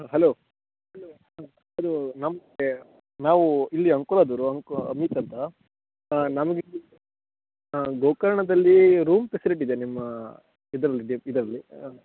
hello ಅದು ನಮಗೆ ನಾವು ಇಲ್ಲಿ ಅಂಕೋಲಾದವರು ಅಂಕೋ ಅಮಿತ್ ಅಂತ ಹಾಂ ನಮಗೆ ಹಾಂ ಗೋಕರ್ಣದಲ್ಲಿ ರೂಮ್ ಫೆಸಿಲಿಟಿ ಇದೆಯಾ ನಿಮ್ಮ ಇದರಲ್ಲಿ ಇದರಲ್ಲಿ